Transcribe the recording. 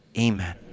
Amen